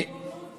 זאת ריבונות.